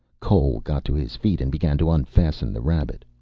cole got to his feet and began to unfasten the rabbit.